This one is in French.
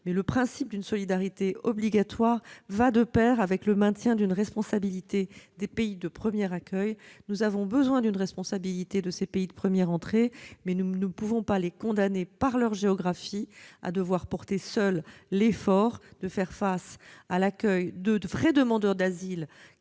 Mais le principe d'une solidarité obligatoire va de pair avec le maintien d'une responsabilité des pays de premier accueil. Nous avons besoin d'une responsabilité de ces pays de première entrée. Cependant, nous ne pouvons pas les condamner, par leur géographie, à porter seuls l'effort d'accueillir de vrais demandeurs d'asile